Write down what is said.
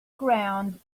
ground